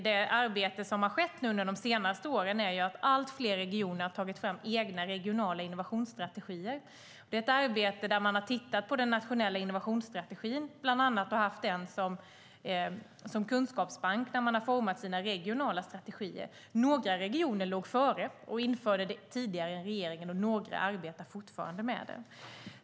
Det arbete som har skett under de senaste åren innebär att allt fler regioner har tagit fram egna regionala innovationsstrategier. Det är ett arbete där man bland annat har tittat på den nationella innovationsstrategin och haft den som kunskapsbank när man har format sina regionala strategier. Några regioner låg före och införde det tidigare än regeringen, och några arbetar fortfarande med det.